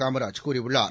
காமராஜ் கூறியுள்ளார்